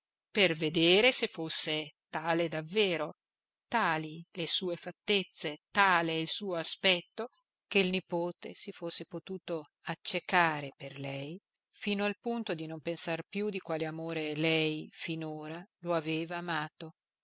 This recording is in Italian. per vedere se fosse tale davvero tali le sue fattezze tale il suo aspetto che il nipote si fosse potuto accecare per lei fino al punto di non pensar più di quale amore lei finora lo aveva amato